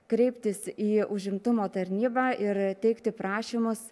kreiptis į užimtumo tarnybą ir teikti prašymus